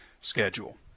schedule